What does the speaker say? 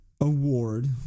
award